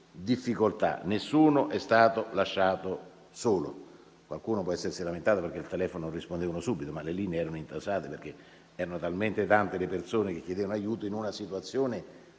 Nessuno è stato lasciato solo. Qualcuno può essersi lamentato perché al telefono non rispondevano subito, ma le linee erano intasate perché erano davvero tante le persone che chiedevano aiuto in quella situazione